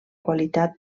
qualitat